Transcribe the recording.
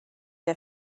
der